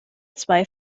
zwei